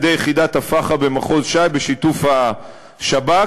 יחידת הפח"ע במחוז ש"י בשיתוף השב"כ.